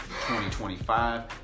2025